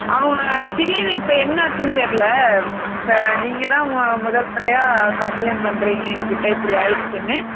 அவங்க திடீர்ன்னு இப்போ என்ன ஆச்சுன் தெரியல இப்போ நீங்கள் தான் மொ முதல் முறையாக கம்ப்ளைண்ட் பண்ணுறிங்க என்கிட்ட இப்படி ஆகிர்ச்சுன்னு